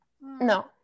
No